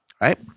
right